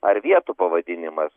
ar vietų pavadinimas